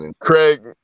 Craig